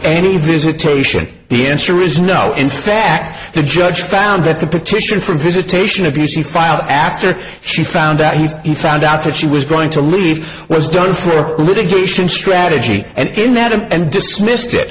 any visitation the answer is no in fact the judge found that to petition for visitation abuse and filed after she found out he said he found out that she was going to leave was done for litigation strategy and in that and dismissed it